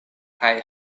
kaj